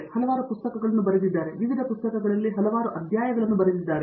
ಅವರು ಹಲವಾರು ಪುಸ್ತಕಗಳನ್ನು ಬರೆದಿದ್ದಾರೆ ವಿವಿಧ ಪುಸ್ತಕಗಳಲ್ಲಿ ಹಲವಾರು ಅಧ್ಯಾಯಗಳನ್ನು ಬರೆದಿದ್ದಾರೆ